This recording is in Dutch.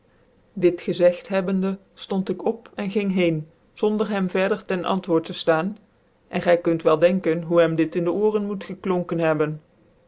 dit gezegt hebbende ftont ik op en ging heen zonder hem verder ten antwoord tc ftaan en gy kunt wel denken hoe hem die in dc ooren moet geklonken hebben